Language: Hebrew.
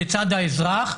לצד האזרח,